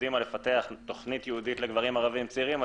עובדים פיתוח תכנית ייעודית לגברים ערבים צעירים,